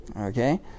okay